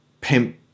pimp